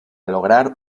lograr